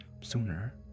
sooner